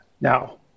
Now